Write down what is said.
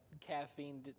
caffeine